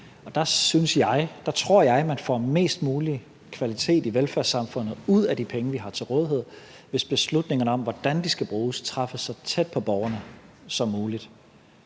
og der tror jeg, man får mest mulig kvalitet i velfærdssamfundet ud af de penge, vi har til rådighed, hvis beslutningen om, hvordan de skal bruges, træffes så tæt på borgerne som muligt.